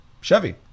Chevy